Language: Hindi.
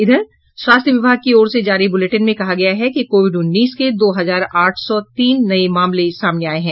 इधर स्वास्थ्य विभाग की ओर से जारी बूलेटिन में कहा गया है कि कोविड उन्नीस के दो हजार आठ सौ तीन नये मामले सामने आये हैं